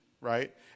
right